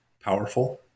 powerful